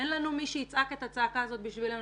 אין לנו מי שיצעק את הצעקה הזאת בשבילנו